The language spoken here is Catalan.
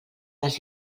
les